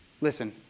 Listen